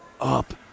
up